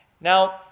Now